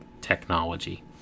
technology